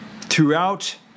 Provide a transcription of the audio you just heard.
Throughout